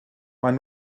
maen